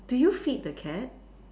do you feed the cat